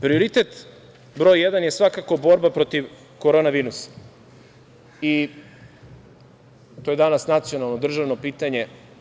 Prioritet broj jedan je svakako borba protiv korona virusa i to je danas nacionalno državno pitanje.